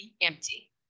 empty